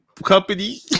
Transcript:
Company